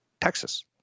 Texas